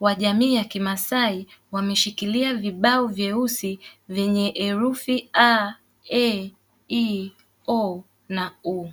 wa jamii ya kimasai wameshikilia vibao vyeusi vyenye herufi: a, e, i, o na u.